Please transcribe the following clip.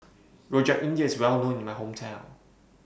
Rojak India IS Well known in My Hometown